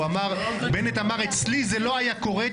הוא אמר: בנט אמר: אצלי זה לא היה קורה.